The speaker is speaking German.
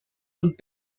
und